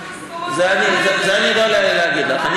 את זה אני לא יודע להגיד לך.